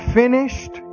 finished